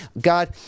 God